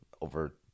over